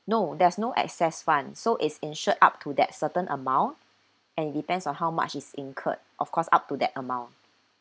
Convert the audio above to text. no there's no excess fund so it's insured up to that certain amount and it depends on how much is incurred of course up to that amount